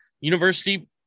university